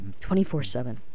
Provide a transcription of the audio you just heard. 24-7